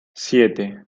siete